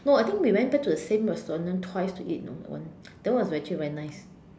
no I think we went back to the same restaurant twice to eat you know that one that one was actually very nice